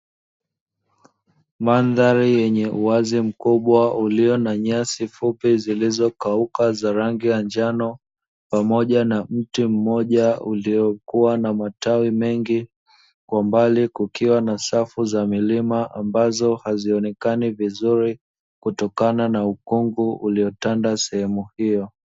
Mandhari yenye uwazi mkubwa ulio na nyasi fupi zilizokauka za rangi ya njano pamoja na mti mmoja uliokuwa na matawi mengi kwa mbali kukiwa na safu za milima ambazo hazionekani vizuri kutokana na ukungu uliotanda sehemu hiyo.